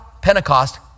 Pentecost